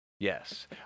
Yes